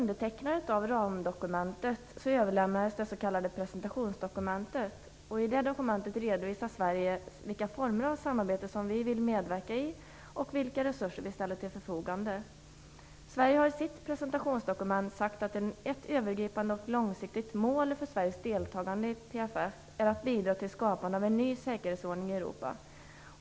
detta dokument redovisar Sverige vilka former av samarbete som vi vill medverka i och vilka resurser som vi ställer till förfogande. Sverige har i sitt presentationsdokument sagt att ett övergripande och långsiktigt mål för Sveriges deltagande i PFF är att bidra till skapande av en ny säkerhetsordning i Europa.